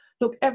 Look